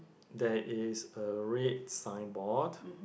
there is a red signboard